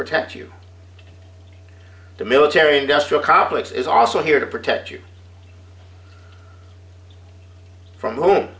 protect you the military industrial complex is also here to protect you from whom